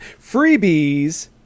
Freebies